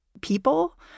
people